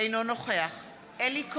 אינו נוכח אלי כהן,